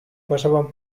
pasaban